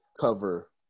cover